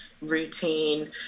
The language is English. routine